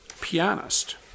pianist